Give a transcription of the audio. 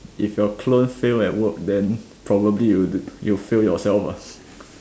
if your clone fail at work then probably you will you will fail yourself lah